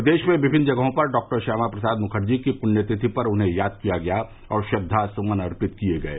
प्रदेश में विभिन्न जगहों पर डॉक्टर श्यामा प्रसाद मुखर्जी की पृण्यतिथि पर उन्हे याद किया गया और श्रद्वा सुमन अर्पित किए गये